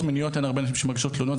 מיניות אין הרבה נשים שמגישות תלונות.